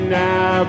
now